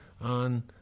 on